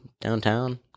downtown